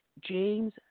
James